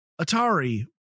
atari